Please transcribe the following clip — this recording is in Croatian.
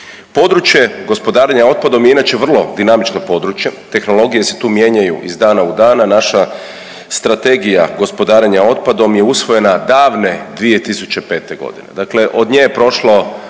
Područje gospodarenja otpadom je inače vrlo dinamično područje, tehnologije se tu mijenjaju iz dana u dan, a naša Strategija gospodarenja otpadom je usvojena davne 2005. godine.